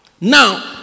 Now